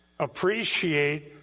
appreciate